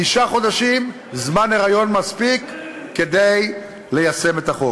תשעה חודשים, זמן היריון מספיק כדי ליישם את החוק.